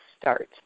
start